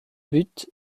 but